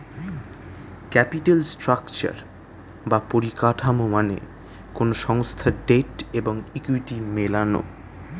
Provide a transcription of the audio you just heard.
capital structure বা পরিকাঠামো মানে কোনো সংস্থার ডেট এবং ইকুইটি মেলানো